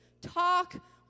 talk